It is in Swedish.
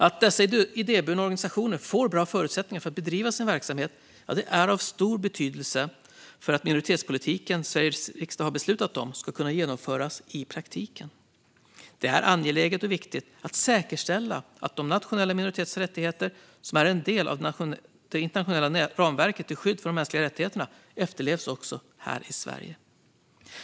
Att dessa idéburna organisationer får bra förutsättningar för att bedriva sin verksamhet är av stor betydelse för att den minoritetspolitik som Sveriges riksdag har beslutat om ska kunna genomföras i praktiken. Det är angeläget och viktigt att säkerställa att de nationella minoriteternas rättigheter, som är en del av det internationella ramverket till skydd för de mänskliga rättigheterna, respekteras också här i Sverige.